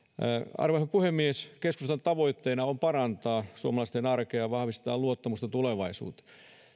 arvoisa puhemies keskustan tavoitteena on parantaa suomalaisten arkea ja vahvistaa luottamusta tulevaisuuteen